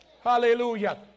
hallelujah